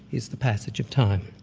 is the passage of time.